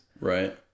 Right